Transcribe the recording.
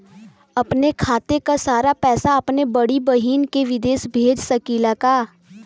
अपने खाते क सारा पैसा अपने बड़ी बहिन के विदेश भेज सकीला का?